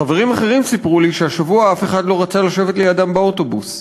חברים אחרים סיפרו לי שהשבוע אף אחד לא רצה לשבת לידם באוטובוס.